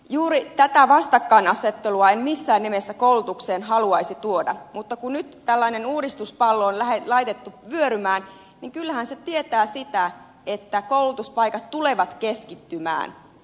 juuri tätä vastakkainasettelua en missään nimessä koulutukseen haluaisi tuoda mutta kun nyt tällainen uudistuspallo on laitettu vyörymään niin kyllähän se tietää sitä että koulutuspaikat tulevat keskittymään